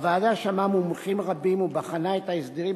הוועדה שמעה מומחים רבים ובחנה את ההסדרים